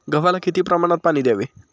गव्हाला किती प्रमाणात पाणी द्यावे?